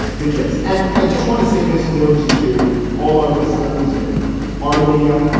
the gist and i just want to say this note to all our listeners in armenia,